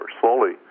slowly